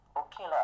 okay